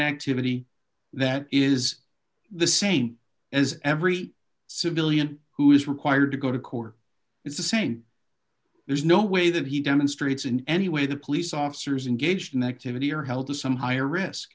ctivity that is the same as every civilian who is required to go to court it's the same there's no way that he demonstrates in any way the police officers in gage connectivity are held to some higher risk